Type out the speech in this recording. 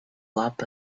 lab